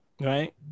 Right